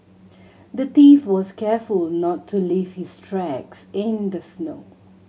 the thief was careful not to leave his tracks in the snow